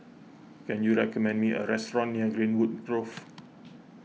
can you recommend me a restaurant near Greenwood Grove